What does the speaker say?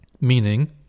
meaning